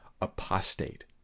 apostate